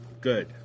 good